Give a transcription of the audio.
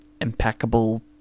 impeccable